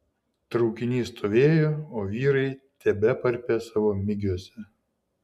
traukinys stovėjo o vyrai tebeparpė savo migiuose